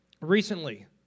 recently